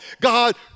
God